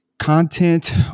content